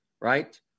right